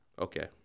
Okay